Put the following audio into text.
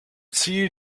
ziel